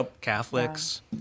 Catholics